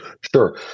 Sure